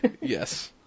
Yes